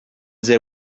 they